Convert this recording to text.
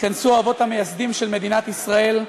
התכנסו האבות המייסדים של מדינת ישראל,